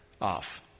off